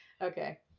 Okay